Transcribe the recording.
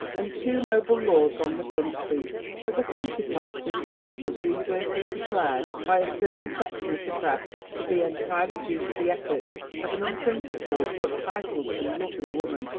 and two noble lords on the front seat. as a consequence the result was universally declared by a certain section of the press to be entirely due to the efforts of an unprincipled but titled and lovely woman.